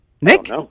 Nick